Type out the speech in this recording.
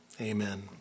Amen